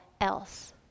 else